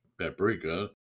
paprika